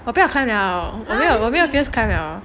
我不要 climb 了我没有 feels to climb 了